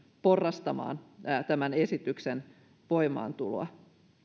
porrastamaan tämän esityksen voimaantuloa